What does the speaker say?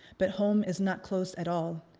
but home is not close at all.